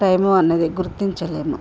time అన్నది గుర్తించలేము